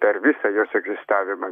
per visą jos egzistavimą